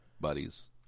buddies